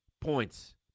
points